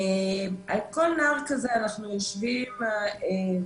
על כל נער כזה אנחנו יושבים וחושבים,